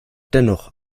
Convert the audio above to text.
dennoch